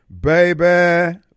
baby